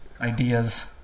ideas